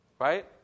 Right